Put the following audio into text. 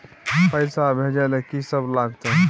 पैसा भेजै ल की सब लगतै?